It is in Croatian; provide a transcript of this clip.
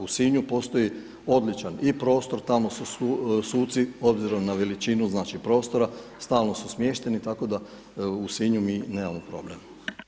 U Sinju postoji odličan i prostor, tamo su suci obzirom na veličinu znači prostora, stalno su smješteni, tako da u Sinju mi nemamo problem.